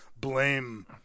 blame